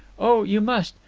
oh you must,